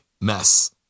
mess